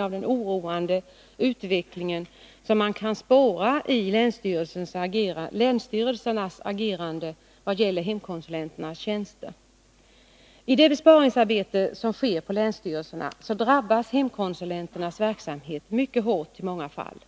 av den oroande utveckling som kan bli följden av många länsstyrelsers agerande när det gäller hemkonsulenternas tjänster. I det besparingsarbete som sker på länsstyrelserna drabbas hemkonsulenternas verksamhet mycket hårt i många fall.